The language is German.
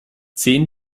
zehn